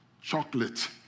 chocolate